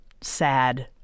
sad